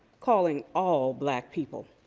calling all black people.